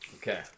Okay